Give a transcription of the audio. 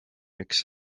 üks